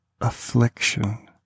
affliction